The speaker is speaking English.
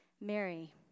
Mary